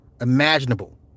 imaginable